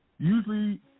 Usually